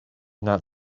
not